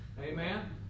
Amen